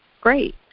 great